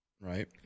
Right